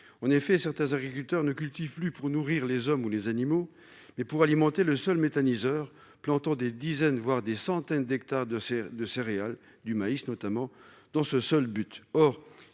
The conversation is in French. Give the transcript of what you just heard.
en effet, certains agriculteurs ne cultivent plus pour nourrir les hommes ou les animaux mais pour alimenter le seul méthaniseur plantant des dizaines voire des centaines d'hectares de serres de céréales : du maïs notamment dans ce seul but,